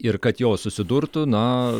ir kad jos susidurtų na